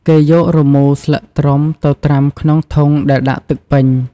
គេយករមូរស្លឹកត្រុំទៅត្រាំក្នុងធុងដែលដាក់ទឹកពេញ។